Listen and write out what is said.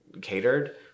catered